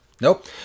nope